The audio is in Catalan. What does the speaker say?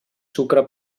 sucre